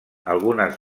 algunes